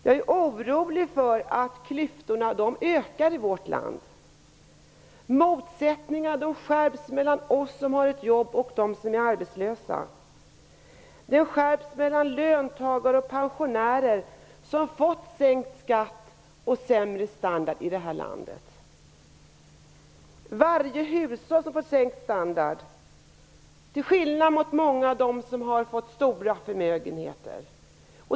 Jag är orolig för att klyftorna i vårt land ökar. Motsättningarna mellan oss som har ett jobb och dem som är arbetslösa skärps. Motsättningarna skärps mellan de löntagare och pensionärer som fått sänkt skatt och sämre standard och de hushåll som har fått stora förmögenheter.